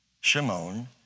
Shimon